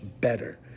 better